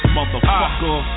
Motherfucker